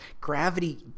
gravity